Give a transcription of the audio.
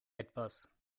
etwas